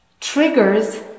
triggers